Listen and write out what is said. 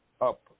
up